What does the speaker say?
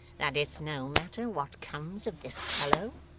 that it's no matter what comes of this fellow?